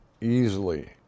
easily